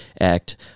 Act